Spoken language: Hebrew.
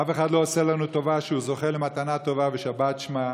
אף אחד לא עושה לנו טובה שהוא זוכה למתנה טובה ושבת שמה.